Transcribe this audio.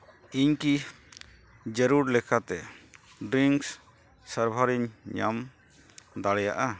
ᱤᱧ ᱠᱤ ᱡᱟᱹᱨᱩᱲ ᱞᱮᱠᱟᱛᱮ ᱰᱨᱤᱝᱥ ᱥᱟᱨᱵᱷᱟᱨᱤᱧ ᱧᱟᱢ ᱫᱟᱲᱮᱭᱟᱜᱼᱟ